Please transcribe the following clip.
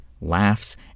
laughs